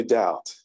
doubt